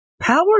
Power